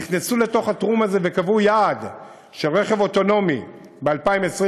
נכנסו לתוך התחום הזה וקבעו יעד של רכב אוטונומי ב-2020,